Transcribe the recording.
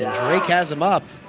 drake has him up!